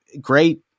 great